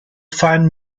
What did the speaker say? find